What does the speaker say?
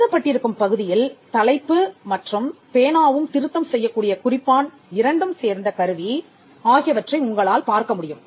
எழுதப்பட்டிருக்கும் பகுதியில் தலைப்பு மற்றும் பேனாவும் திருத்தம் செய்யக் கூடிய குறிப்பான் இரண்டும் சேர்ந்த கருவி ஆகியவற்றை உங்களால் பார்க்க முடியும்